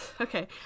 okay